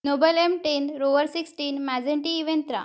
Nobel M ten Rover sixteen Mazzanti Evantra